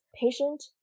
patient